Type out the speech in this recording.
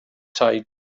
tai